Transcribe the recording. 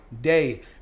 day